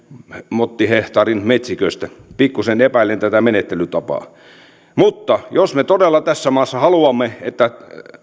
mottihehtaarin metsiköstä pikkuisen epäilen tätä menettelytapaa mutta jos me todella tässä maassa haluamme että